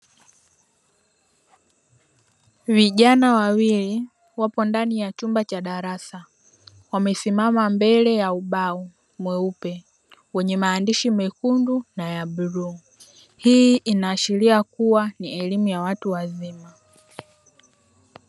Vijana wawili wapo ndani ya chumba cha darasa, wamesimama mbele ya ubao mweupe wenye maandishi mekundu naya bluu. Hii inaashiria kua nie elimu ya watu wazima.